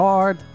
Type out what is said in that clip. Hard